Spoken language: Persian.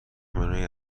منوی